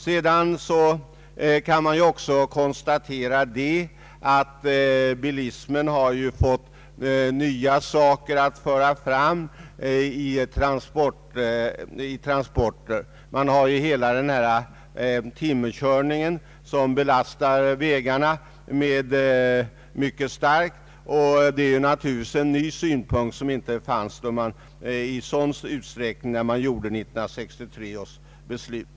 Vidare kan man konstatera att bilismen har fått nya utgångspunkter när det gäller transporterna. Timmerkörningar belastar vägarna mycket starkt, och den situationen fanns inte i sådan utsträckning när man fattade 1963 års beslut.